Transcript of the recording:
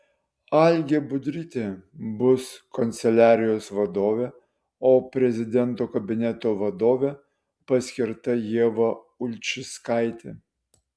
algė budrytė bus kanceliarijos vadovė o prezidento kabineto vadove paskirta ieva ulčickaitė